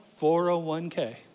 401K